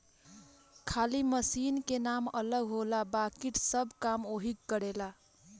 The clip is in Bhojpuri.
खाली मशीन के नाम अलग होला बाकिर सब काम ओहीग करेला